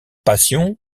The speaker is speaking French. passion